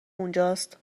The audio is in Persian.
اونجاست